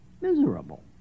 miserable